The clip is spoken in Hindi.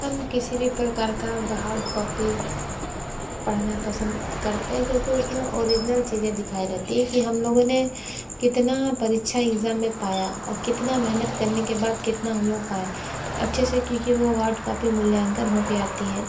हम किसी भी प्रकार का हार्ड कॉपी पढ़ना पसंद करते हैं क्योंकि उसमें ओरिजिनल चीज़ें दिखाई रहती है कि हम लोगों ने कितना परीक्षा एग्जाम में पाया और कितना मेहनत करने के बाद कितना हम लोग पाए अच्छे से क्योंकि वो हार्ड कॉपी मूल्यांकन होकर आती है